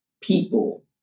people